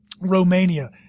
Romania